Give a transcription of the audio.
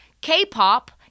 K-pop